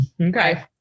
okay